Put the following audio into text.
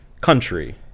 country